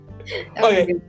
okay